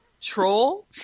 troll